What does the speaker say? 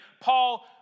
Paul